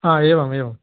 हा एवम् एवम्